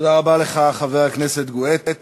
תודה רבה לך, חבר הכנסת גואטה.